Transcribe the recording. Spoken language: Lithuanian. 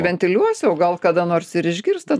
ventiliuosiu o gal kada nors ir išgirs tą